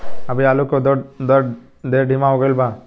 अभी आलू के उद्भव दर ढेर धीमा हो गईल बा